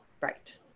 Right